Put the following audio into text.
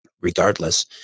regardless